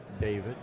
David